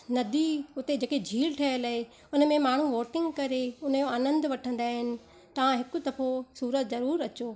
नदी हुते जेके झील ठहियलु आहे हुन में माण्हू बोटिंग करे हुन जो आनंद वठंदा आहिनि तव्हां हिकु दफ़ो सूरत ज़रूर अचो